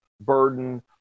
burden